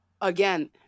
again